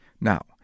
Now